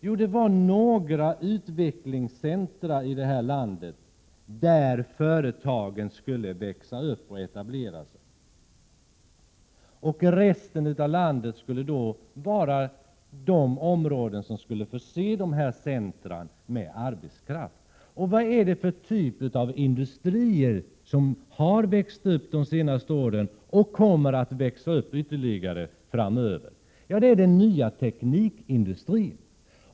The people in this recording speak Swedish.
Jo, det var några utvecklingscentra i landet där företagen skulle växa upp och etablera sig. Resten av landet var de områden som skulle förse dessa centra med 9” arbetskraft. Vad är det för typ av industrier som har växt upp under de senaste åren och kommer att växa upp framöver? Jo, det är den nya teknikindustrin.